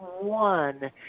one